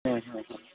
हां हां हां